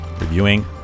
reviewing